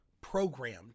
programmed